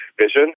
vision